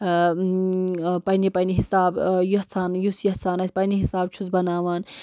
پَنٛنہِ پَنٛنہِ حسابہٕ یژھان یُس یژھان آسہِ پَنٛنہِ حسابہٕ چھُس بناوان